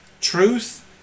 truth